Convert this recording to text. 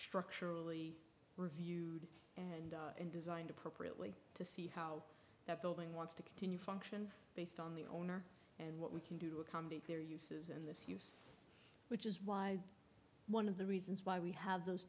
structurally reviewed and in designed appropriately to see how that building wants to continue function based on the owner and what we can do to accommodate their uses which is why one of the reasons why we have those